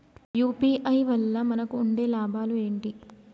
UPI వల్ల మనకు ఉండే లాభాలు ఏంటి?